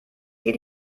geht